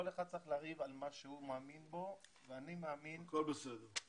כל אחד צריך לריב על מה שהוא מאמין בו ואני מאמין בצורה